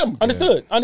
Understood